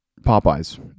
Popeye's